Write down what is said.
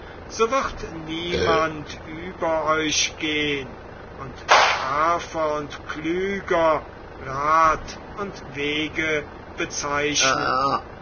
so wird niemand über euch gehn und schärfer und klüger rat und wege bezeichnen